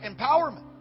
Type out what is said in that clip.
empowerment